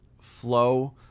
flow